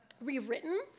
rewritten